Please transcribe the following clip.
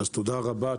תודה רבה,